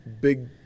big